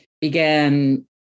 began